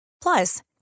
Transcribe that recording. Plus